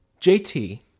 JT